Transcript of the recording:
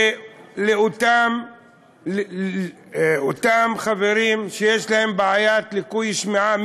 שלאותם חברים מתוכנו שיש להם בעיית ליקוי שמיעה,